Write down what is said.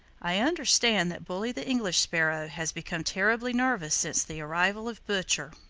i understand that bully the english sparrow has become terribly nervous since the arrival of butcher.